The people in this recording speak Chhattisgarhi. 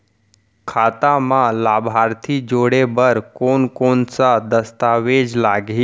खाता म लाभार्थी जोड़े बर कोन कोन स दस्तावेज लागही?